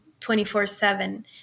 24-7